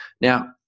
Now